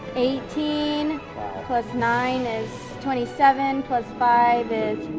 eighteen plus nine is twenty seven plus five